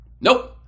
Nope